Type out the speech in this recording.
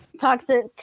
toxic